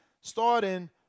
starting